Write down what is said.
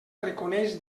reconeix